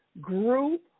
group